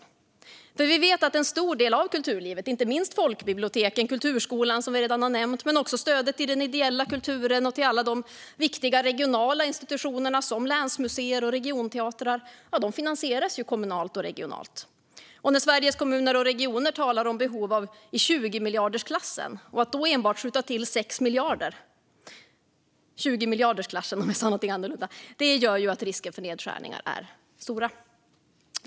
Vi vet ju att en stor del av kulturlivet finansieras kommunalt och regionalt, inte minst folkbiblioteken och kulturskolan, som vi redan har nämnt, men också stödet till den ideella kulturen och till alla de viktiga regionala institutionerna som länsmuseer och regionteatrar. Sveriges Kommuner och Regioner talar om behov i 20miljardersklassen, och att då enbart skjuta till 6 miljarder gör att risken för nedskärningar är stor.